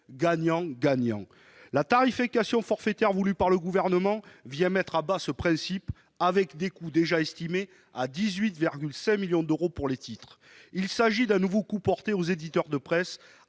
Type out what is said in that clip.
gagnant-gagnant. Mais la tarification forfaitaire voulue par le Gouvernement vient mettre à bas ce principe, avec des coûts déjà estimés à 18,5 millions d'euros pour ces titres. Il s'agit d'un nouveau coup porté aux éditeurs de presse,